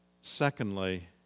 secondly